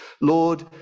Lord